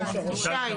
שמעת אותו.